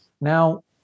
Now